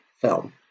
film